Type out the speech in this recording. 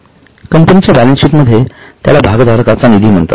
कंपनीच्या बॅलन्सशीटमध्ये त्याला भागधारकचा निधी म्हणतात